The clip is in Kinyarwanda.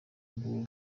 rw’ubu